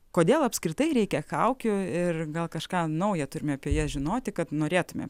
kodėl apskritai reikia kaukių ir gal kažką naujo turime apie jas žinoti kad norėtume